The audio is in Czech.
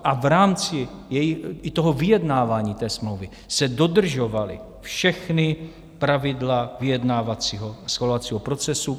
I v rámci vyjednávání té smlouvy se dodržovala všechna pravidla vyjednávacího schvalovacího procesu.